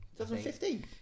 2015